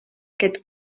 aquest